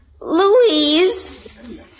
Louise